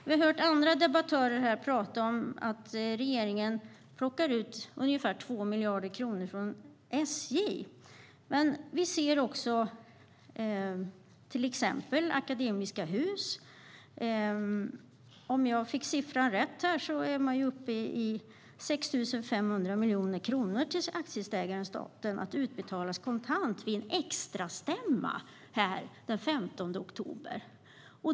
Vi har hört andra debattörer prata om att regeringen plockar ut ungefär 2 miljarder kronor från SJ. Men vi kan till exempel också se på Akademiska Hus. Om jag uppfattade siffran rätt är man uppe i 6 500 miljoner kronor till aktieägaren staten att utbetalas kontant vid en extrastämma den 15 oktober.